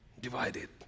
divided